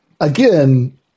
again